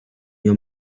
your